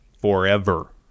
forever